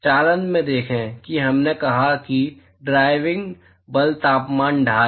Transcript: चालन में देखें कि हमने कहा कि ड्राइविंग बल तापमान ढाल